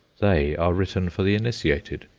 they are written for the initiated,